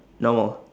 normal